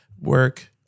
work